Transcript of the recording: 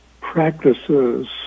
practices